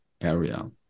area